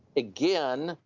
again,